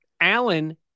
Allen